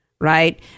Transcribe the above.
right